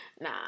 Nah